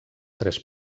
tres